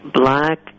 black